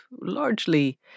largely